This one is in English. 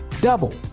double